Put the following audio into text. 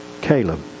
Caleb